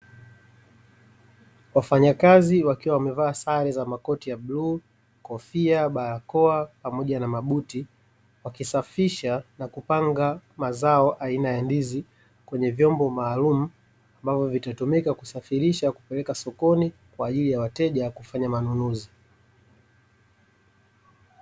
Wafanyakazi wakiwa wamevaa sare za makoti ya buluu, kofia, barakoa, pamoja na mabuti, wakisafisha na kupanga mazao aina ya ndizi , kwenye vyombo maalumu, ambavyo vitatumika kusafirisha kupeleka sokoni, kwaajili ya wateja kufanya manunuzi.